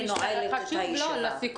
יש לי משפט חשוב לסיכום.